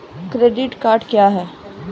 Credit card क्या हैं?